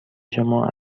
شما